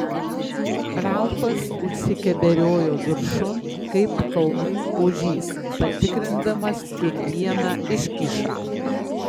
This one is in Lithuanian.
ralfas užsikeberiojo viršun kaip kalnų ožys patikrindamas kiekvieną iškyšą